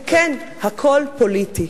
וכן, הכול פוליטי.